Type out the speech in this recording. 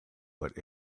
but